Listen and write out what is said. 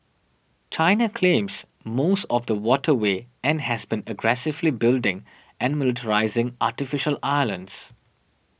China claims most of the waterway and has been aggressively building and militarising artificial islands